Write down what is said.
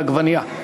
על העגבנייה.